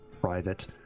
private